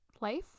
life